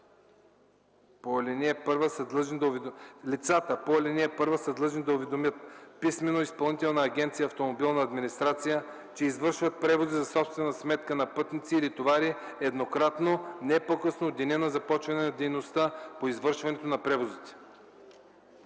по ал. 1 са длъжни да уведомят писмено Изпълнителна агенция “Автомобилна администрация”, че извършват превози за собствена сметка на пътници или товари еднократно, не по-късно от деня на започването на дейността по извършването на превозите.”